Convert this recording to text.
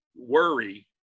worry